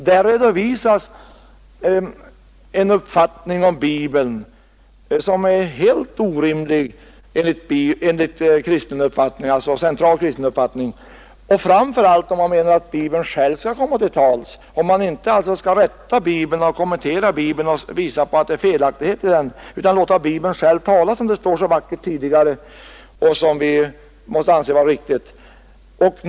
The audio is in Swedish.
Där redovisas bara uppfattningar om Biblen som är helt orimliga, enligt central kristen uppfattning, framför allt om man menar att Bibeln själv skall komma till tals, om man alltså inte skall rätta Bibeln och kommentera Bibeln och påvisa felaktigheter i den utan låta Bibeln själv tala som det står så vackert tidigare och som vi måste anse vara riktigt.